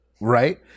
right